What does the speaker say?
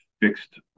fixed